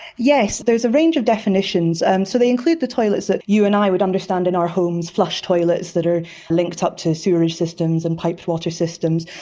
yes, there's a range of definitions. and so they include the toilets that you and i would understand in our homes, flush toilets that are linked up to sewage systems and piped water systems,